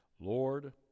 Lord